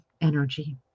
energy